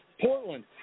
Portland